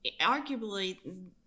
arguably